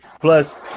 Plus